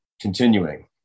Continuing